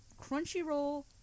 Crunchyroll